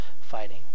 fighting